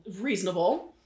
reasonable